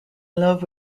love